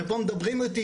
ופה מדברים איתי,